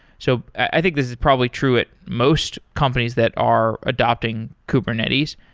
so i think this is probably true at most companies that are adapting kubernetes.